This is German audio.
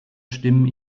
stimmen